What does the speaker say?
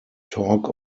talk